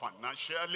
financially